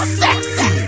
sexy